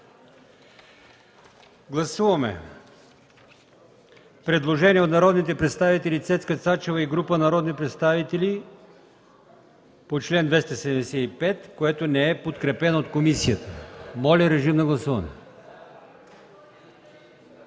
Гласуваме предложение от народния представител Цецка Цачева и група народни представители по чл. 275, което не е подкрепено от комисията. Гласували